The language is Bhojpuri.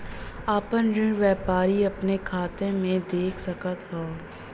आपन ऋण व्यापारी अपने खाते मे देख सकत हौ